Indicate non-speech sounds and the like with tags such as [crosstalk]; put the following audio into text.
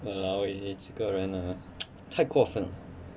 !walao! eh 你这个人啊 [noise] 太过分了